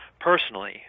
personally